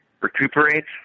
recuperates